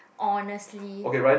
honestly